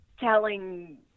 Telling